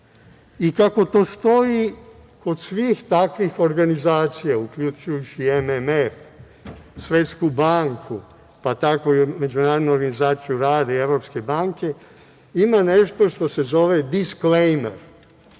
i, kako to stoji kod svih takvih organizacija, uključujući i MMF, Svetsku banku, pa tako i Međunarodnu organizaciju rada i Evropske banke, ima nešto što se zove …, a